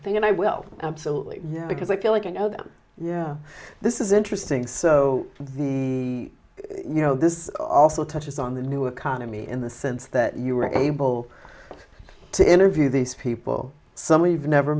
of thing and i will absolutely yeah because i feel like i know them yeah this is interesting so the you know this also touches on the new economy in the sense that you are able to interview these people someone you've never